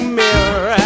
mirror